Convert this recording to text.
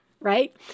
right